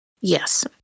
Yes